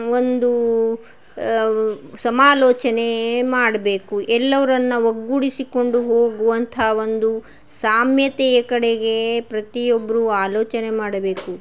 ಒಂದು ಸಮಾಲೋಚನೆ ಮಾಡಬೇಕು ಎಲ್ಲರನ್ನ ಒಗ್ಗೂಡಿಸಿಕೊಂಡು ಹೋಗುವಂತಹ ಒಂದು ಸಾಮ್ಯತೆಯ ಕಡೆಗೆ ಪ್ರತಿಯೊಬ್ಬರೂ ಆಲೋಚನೆ ಮಾಡಬೇಕು